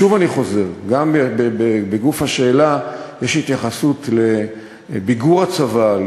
שוב אני חוזר: גם בגוף השאלה יש התייחסות לביגור הצבא,